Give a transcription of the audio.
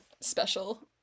special